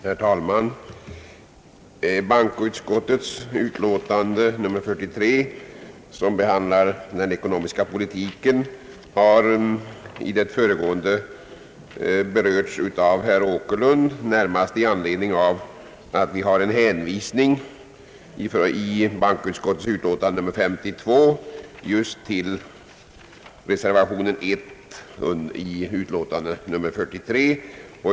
Herr talman! Bankoutskottets utlåtande nr 43, som behandlar den ekonomiska politiken, har i det föregående berörts av herr Åkerlund, närmast i anledning av att vi i bankoutskottets utlåtande nr 52 har en hänvisning just till reservationen 1 i utlåtandet nr 43.